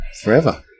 forever